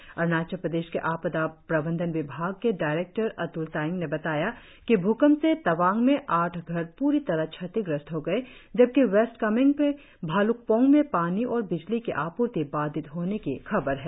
इधर अरुणाचल प्रदेश के आपदा प्रबंधन विभाग के डायरेक्टर अतल तायेंग ने बताया कि भूकंप से तवांग में आठ घर प्री तरह क्षतिग्रस्त हो गए जबकि वेस्ट कामेंग के भाल्रकपोंग में पानी और बिजली की आपूर्ति बाधित होने की खबर है